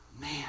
Man